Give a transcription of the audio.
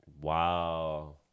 Wow